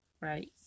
Right